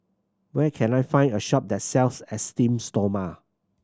where can I find a shop that sells Esteem Stoma